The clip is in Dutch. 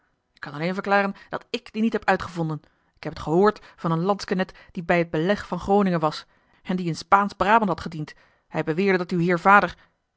ik kan alleen verklaren dat ik dien niet heb uitgevonden ik heb het gehoord van een landsquenet die bij het beleg van groningen was en die in spaansch braband had gediend hij beweerde dat uw heer vader